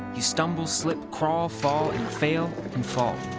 you stumble, slip, crawl, fall, and fail, and fall,